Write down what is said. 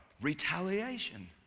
retaliation